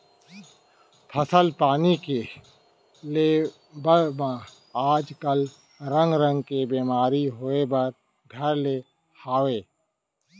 फसल पानी के लेवब म आज काल रंग रंग के बेमारी होय बर घर ले हवय